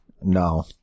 No